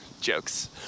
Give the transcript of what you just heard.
Jokes